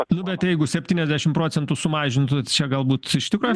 nu bet jeigu septyniasdešimt procentų sumažintų čia galbūt iš tikro